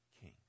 king